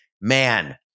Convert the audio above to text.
man